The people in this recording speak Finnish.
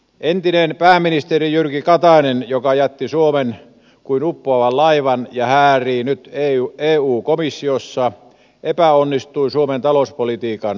entinen pääministeri jyrki katainen joka jätti suomen kuin uppoavan laivan ja häärii nyt eu komissiossa epäonnistui suomen talouspolitiikan uudistamisessa